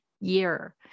year